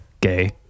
Gay